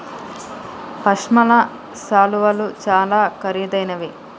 పశ్మిన శాలువాలు చాలా ఖరీదైనవి